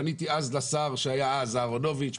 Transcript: פניתי אז לשר דאז אהרונוביץ,